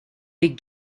dic